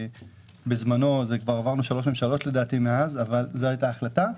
לדעתי כבר עברנו שלוש ממשלות מאז אבל זו הייתה ההחלטה.